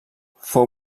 fou